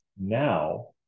now